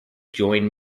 join